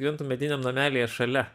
gyventų mediniam namelyje šalia